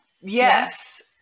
Yes